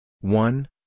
One